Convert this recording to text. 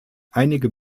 einige